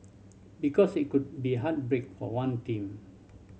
because it could be heartbreak for one team